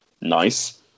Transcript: nice